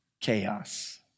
chaos